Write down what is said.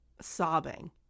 sobbing